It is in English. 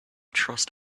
trust